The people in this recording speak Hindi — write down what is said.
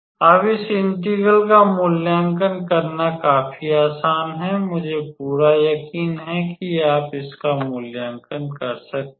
अब इस इंटेग्रल का मूल्यांकन करना काफी आसान है मुझे पूरा यकीन है कि आप इसका मूल्यांकन कर सकते हैं